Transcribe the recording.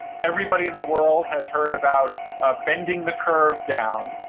everybody in the world has heard about bending the curve down.